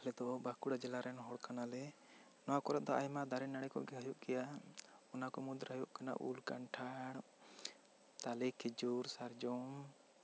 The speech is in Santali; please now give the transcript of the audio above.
ᱟᱞᱮ ᱫᱚ ᱵᱟᱸᱠᱩᱲᱟ ᱡᱮᱞᱟ ᱨᱮᱱ ᱦᱚᱲ ᱠᱟᱱᱟ ᱞᱮ ᱱᱚᱣᱟ ᱠᱚᱨᱮ ᱫᱚ ᱟᱭᱢᱟ ᱫᱟᱨᱮ ᱱᱟᱹᱲᱤ ᱠᱚ ᱜᱮ ᱦᱩᱭᱩᱜ ᱜᱤᱭᱟ ᱚᱱᱟ ᱠᱚ ᱢᱩᱫᱽᱨᱮ ᱩᱞ ᱠᱟᱱᱴᱷᱟᱲ ᱛᱟᱞᱮ ᱠᱷᱤᱡᱩᱨ ᱥᱟᱨᱡᱚᱢ